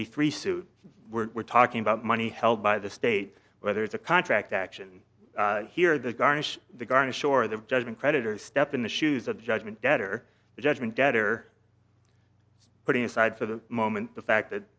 eighty three suit we're talking about money held by the state whether it's a contract action here the garnish the garnish or the judgment creditors step in the shoes of judgment debtor judgment debtor putting aside for the moment the fact that